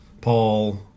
Paul